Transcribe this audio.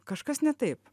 kažkas ne taip